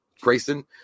Grayson